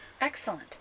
Excellent